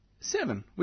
Seven